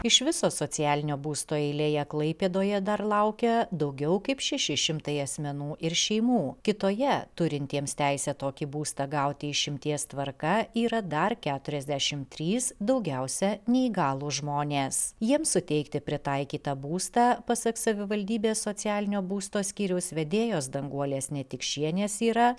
iš viso socialinio būsto eilėje klaipėdoje dar laukia daugiau kaip šeši šimtai asmenų ir šeimų kitoje turintiems teisę tokį būstą gauti išimties tvarka yra dar keturiasdešim trys daugiausia neįgalūs žmonės jiems suteikti pritaikytą būstą pasak savivaldybės socialinio būsto skyriaus vedėjos danguolės netikšienės yra